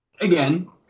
again